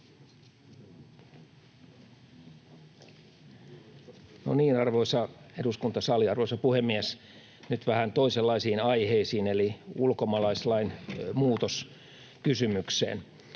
arvoisa eduskuntasali, arvoisa puhemies! Nyt vähän toisenlaisiin aiheisiin eli ulkomaalaislain muutoskysymykseen.